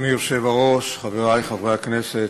אדוני היושב-ראש, חברי חברי הכנסת,